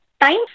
time